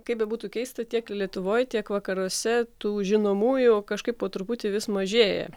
kaip bebūtų keista tiek lietuvoj tiek vakaruose tų žinomųjų kažkaip po truputį vis mažėja